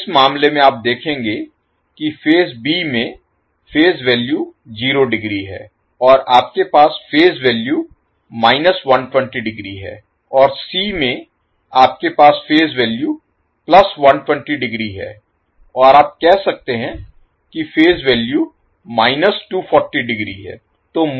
तो इस मामले में आप देखेंगे कि फेज B में फेज वैल्यू 0 डिग्री है आपके पास फेज वैल्यू माइनस 120 डिग्री है और C में आपके पास फेज वैल्यू प्लस 120 डिग्री है और आप कह सकते हैं कि फेज वैल्यू माइनस 240 डिग्री है